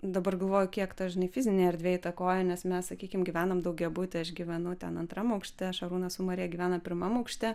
dabar galvoju kiek ta žinai fizinė erdvė įtakoja nes mes sakykim gyvenam daugiabuty aš gyvenu ten antram aukšte šarūnas su marija gyvena pirmam aukšt